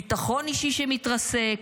ביטחון אישי שמתרסק?